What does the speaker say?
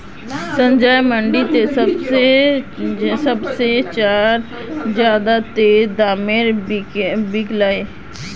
संजयर मंडी त सब से चार ज्यादा तेज़ दामोंत बिकल्ये